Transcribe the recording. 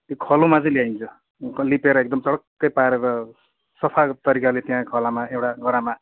त्यो खलोमा चाहिँ ल्याइन्छ लिपेर चटक्कै पारेर सफा तरिकाले त्यहाँ खलामा एउटा गरामा